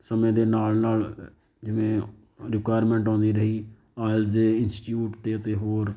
ਸਮੇਂ ਦੇ ਨਾਲ ਨਾਲ ਜਿਵੇਂ ਰਿਕੁਆਇਰਮੈਂਟ ਆਉਂਦੀ ਰਹੀ ਆਇਲਸ ਦੇ ਇੰਸਟੀਟਿਊਟ ਅਤੇ ਅਤੇ ਹੋਰ